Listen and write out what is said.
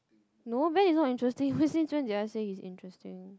no Ben is not interesting why since when did I say he's interesting